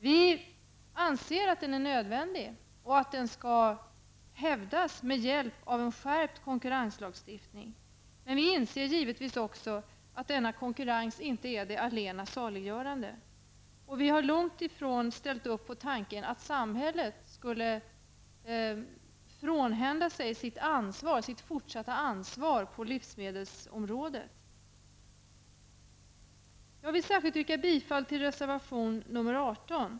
Vi anser att den är nödvändig och att den skall hävdas med hjälp av en skärpt konkurrenslagstiftning. Men vi inser givetvis också att denna konkurrens inte är det allena saliggörande. Vi har långt ifrån ställt upp på tanken att samhället skulle frånhända sig sitt fortsatta ansvar på livsmedelsområdet. Jag vill särskilt yrka bifall till reservation nr 18.